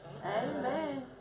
Amen